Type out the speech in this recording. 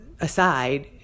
aside